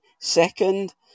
second